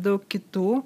daug kitų